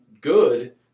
good